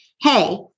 hey